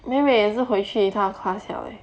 妹妹也是回去她 class 了 leh